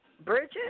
Bridget